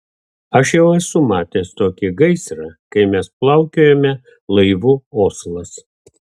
aš jau esu matęs tokį gaisrą kai mes plaukiojome laivu oslas